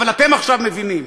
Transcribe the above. אבל אתם עכשיו מבינים.